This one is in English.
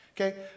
okay